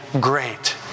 great